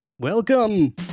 Welcome